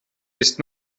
ist